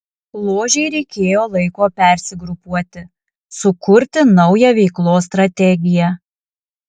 ložei reikėjo laiko persigrupuoti sukurti naują veiklos strategiją